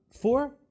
four